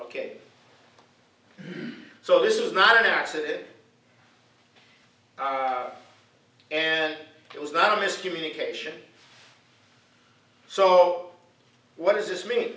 ok so this is not an accident and it was not a miscommunication so what does this me